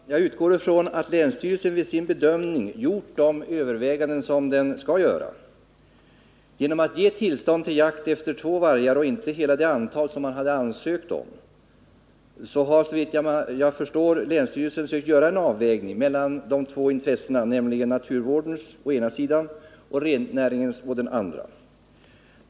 Herr talman! Jag utgår från att länsstyrelsen vid sin bedömning gjort de överväganden som den skall göra. Genom att ge tillstånd till jakt efter två vargar — och inte efter hela det antal som man hade ansökt om — har länsstyrelsen, såvitt jag förstår, sökt göra en avvägning mellan de två intressena, nämligen naturvårdens å den ena sidan och rennäringens å den andra.